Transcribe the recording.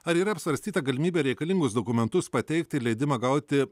ar yra apsvarstyta galimybė reikalingus dokumentus pateikti leidimą gauti